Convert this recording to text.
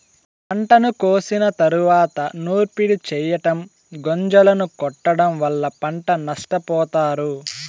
పంటను కోసిన తరువాత నూర్పిడి చెయ్యటం, గొంజలను కొట్టడం వల్ల పంట నష్టపోతారు